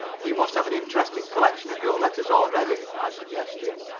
he must have an interesting collection of your letters already, i suggested.